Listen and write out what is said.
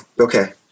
Okay